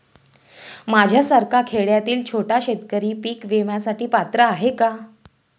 माझ्यासारखा खेड्यातील छोटा शेतकरी पीक विम्यासाठी पात्र आहे का?